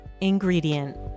ingredient